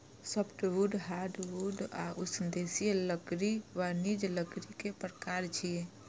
softwood, hardwood आ उष्णदेशीय लकड़ी वाणिज्यिक लकड़ी के प्रकार छियै